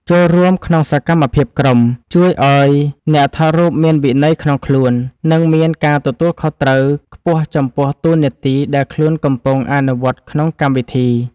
ចូលរួមក្នុងសកម្មភាពក្រុមជួយឱ្យអ្នកថតរូបមានវិន័យក្នុងខ្លួន និង មានការទទួលខុសត្រូវខ្ពស់ចំពោះតួនាទីដែលខ្លួនកំពុងអនុវត្តក្នុងកម្មវិធី។